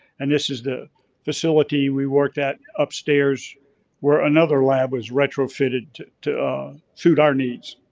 and this is the facility we worked at upstairs where another lab was retrofitted to to suit our needs.